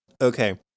Okay